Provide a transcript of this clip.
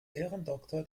ehrendoktor